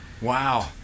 wow